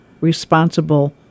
responsible